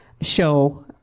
show